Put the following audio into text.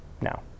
now